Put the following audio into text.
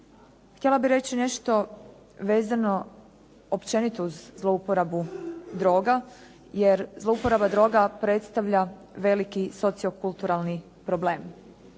Htjela bih reći nešto vezano općenito uz zlouporabu droga jer zlouporaba droga predstavlja veliki sociokulturalni problem.